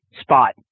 spot